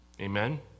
Amen